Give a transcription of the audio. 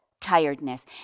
tiredness